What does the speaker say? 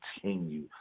continue